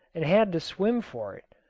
and had to swim for it.